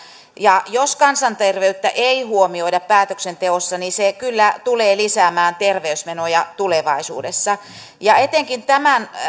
ja jos kansanterveyttä ei huomioida päätöksenteossa niin se kyllä tulee lisäämään terveysmenoja tulevaisuudessa etenkin tämän